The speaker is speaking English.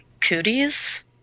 Cooties